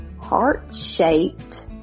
heart-shaped